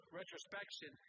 retrospection